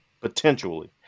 potentially